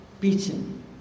beaten